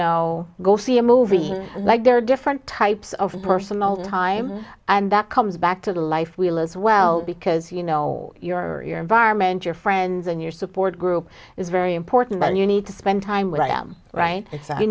know go see a movie like there are different types of personal time and that comes back to the life we live as well because you know you're vironment your friends and your support group is very important and you need to spend time with them right